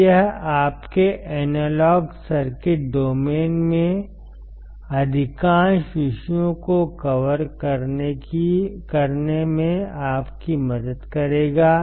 तो यह आपके एनालॉग सर्किट डोमेन में अधिकांश विषयों को कवर करने में आपकी मदद करेगा